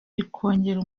bikongera